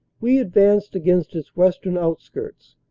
we advanced against its west ern outskirts,